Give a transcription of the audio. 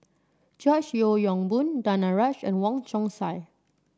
George Yeo Yong Boon Danaraj and Wong Chong Sai